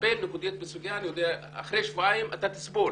לטפל בסוגיה, אני יודע, אחרי שבועיים אתה תסבול